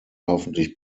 hoffentlich